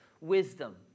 wisdom